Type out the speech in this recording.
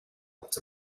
lots